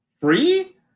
free